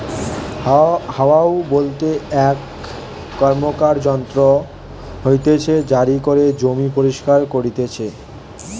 হারও বলতে এক র্কমকার যন্ত্র হতিছে জারি করে জমি পরিস্কার করতিছে